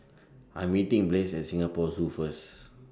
I'm meeting Blaise At Singapore Zoo First